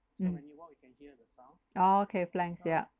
mm oh okay planks ya